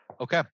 Okay